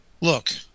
Look